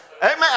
Amen